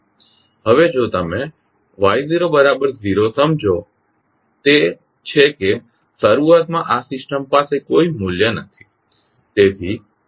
હવે જો તમે y બરાબર 0 સમજો તે છે કે શરૂઆતમાં આ સિસ્ટમ પાસે કોઈ મૂલ્ય નથી